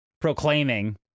proclaiming